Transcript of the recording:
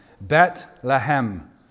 Bethlehem